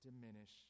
diminish